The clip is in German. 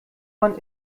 man